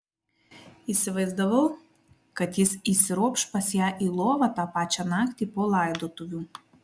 įsivaizdavau kad jis įsiropš pas ją į lovą tą pačią naktį po laidotuvių